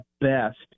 best